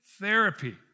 therapy